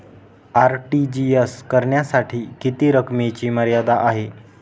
RTGS करण्यासाठी किती रकमेची मर्यादा आहे?